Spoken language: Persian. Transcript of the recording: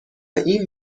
این